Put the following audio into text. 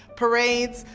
parades,